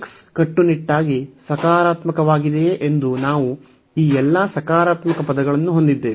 x ಕಟ್ಟುನಿಟ್ಟಾಗಿ ಸಕಾರಾತ್ಮಕವಾಗಿದೆಯೆ ಎಂದು ನಾವು ಈ ಎಲ್ಲ ಸಕಾರಾತ್ಮಕ ಪದಗಳನ್ನು ಹೊಂದಿದ್ದೇವೆ